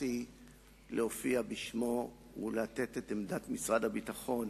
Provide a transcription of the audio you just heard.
נתבקשתי להופיע בשמו ולהציג את עמדת משרד הביטחון,